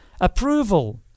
approval